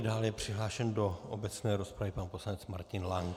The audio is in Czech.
Dále je přihlášen do obecné rozpravy pan poslanec Martin Lank.